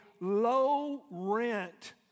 low-rent